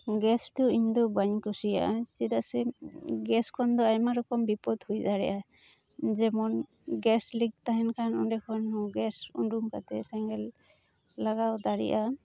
ᱜᱮᱥᱫᱚ ᱤᱧᱫᱚ ᱵᱟᱹᱧ ᱠᱩᱥᱤᱭᱟᱜᱼᱟ ᱪᱮᱫᱟᱜ ᱥᱮ ᱜᱮᱥ ᱠᱷᱚᱱᱫᱚ ᱟᱭᱢᱟ ᱨᱚᱠᱚᱢ ᱵᱤᱯᱚᱫᱽ ᱦᱩᱭ ᱫᱟᱲᱮᱜᱼᱟ ᱡᱮᱢᱚᱱ ᱜᱮᱥ ᱞᱤᱠ ᱛᱟᱦᱮᱱ ᱠᱷᱟᱱ ᱚᱸᱰᱮ ᱠᱷᱚᱱ ᱜᱮᱥ ᱚᱰᱚᱝ ᱠᱟᱛᱮᱫ ᱥᱮᱸᱜᱮᱞ ᱞᱟᱜᱟᱣ ᱫᱟᱲᱮᱼᱟ